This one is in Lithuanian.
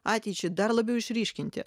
ateičiai dar labiau išryškinti